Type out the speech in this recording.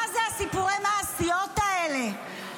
מה זה סיפורי המעשיות האלה?